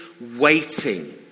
waiting